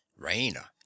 Raina